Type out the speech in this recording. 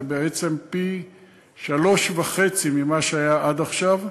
זה בעצם פי-שלושה וחצי ממה שהיה עד עכשיו,